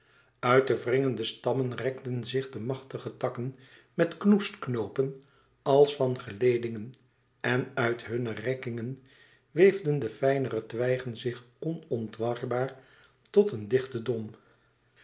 uit de wringende stammen rekten zich de machtige takken met knoestknoopen als van geledingen en uit hunne rekkingen weefden de fijnere twijgen zich onontwarbaar tot een dichten dom